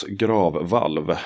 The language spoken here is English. gravvalv